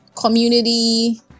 community